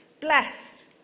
Blessed